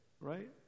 right